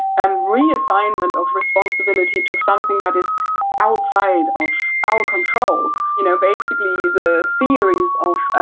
and reassignment of responsibility to something that is outside of our control you know, basically the theories of, ah